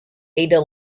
ada